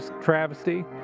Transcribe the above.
travesty